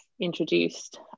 introduced